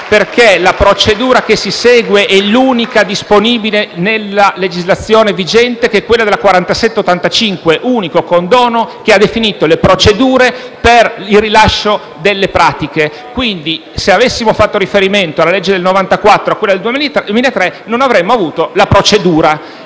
perché la procedura che si segue è l’unica disponibile nella legislazione vigente, cioè quella della legge n. 47 del 1985: l’unico condono che ha definito le procedure per il rilascio delle pratiche. Quindi, se avessimo fatto riferimento alle leggi nn. 724 e 326 rispettivamente del 1994 o del 2003, non avremmo avuto la procedura.